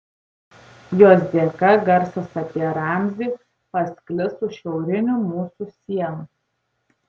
jos dėka garsas apie ramzį pasklis už šiaurinių mūsų sienų